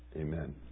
Amen